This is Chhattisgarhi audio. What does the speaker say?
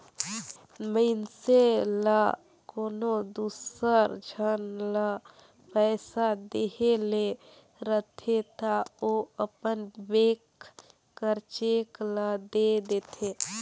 मइनसे ल कोनो दूसर झन ल पइसा देहे ले रहथे ता ओ अपन बेंक कर चेक ल दे देथे